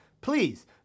please